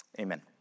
Amen